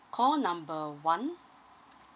call number one